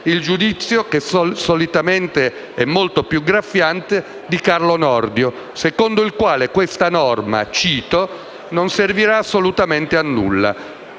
il giudizio del solitamente graffiante di Carlo Nordio, secondo il quale questa norma «non servirà assolutamente a nulla»,